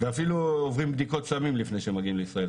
ואפילו עוברים בדיקות סמים לפני שהם מגיעים לישראל.